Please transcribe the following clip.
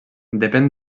depèn